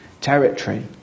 territory